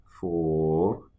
four